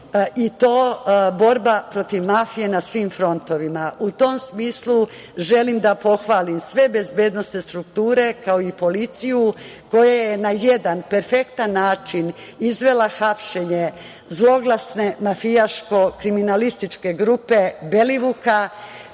i to borba protiv mafije na svim frontovima. U tom smislu, želim da pohvalim sve bezbednosne strukture, kao i policiju koja je na jedan perfektan način izvela hapšenje zloglasne mafijaško-kriminalističke grupe Belivuka,